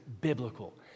Biblical